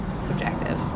subjective